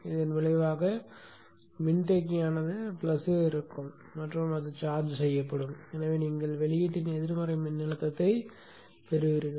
இதன் விளைவாக மின்தேக்கியானது பிளஸ் இருக்கும் இடத்தில் சார்ஜ் செய்யப்படும் எனவே நீங்கள் வெளியீட்டின் எதிர்மறை மின்னழுத்தத்தைப் பெறுவீர்கள்